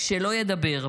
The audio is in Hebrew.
שלא ידבר.